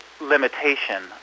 limitation